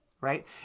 right